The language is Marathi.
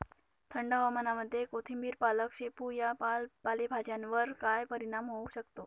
थंड हवामानामध्ये कोथिंबिर, पालक, शेपू या पालेभाज्यांवर काय परिणाम होऊ शकतो?